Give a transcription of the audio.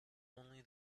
only